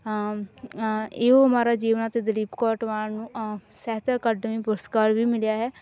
ਇਹੋ ਹਮਾਰਾ ਜੀਵਨ ਹੈ ਅਤੇ ਦਲੀਪ ਕੌਰ ਟਿਵਾਣਾ ਨੂੰ ਸਾਹਿਤ ਅਕੈਡਮੀ ਪੁਰਸਕਾਰ ਵੀ ਮਿਲਿਆ ਹੈ